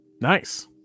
Nice